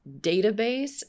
database